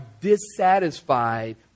dissatisfied